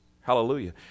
Hallelujah